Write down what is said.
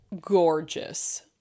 gorgeous